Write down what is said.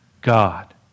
God